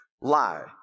lie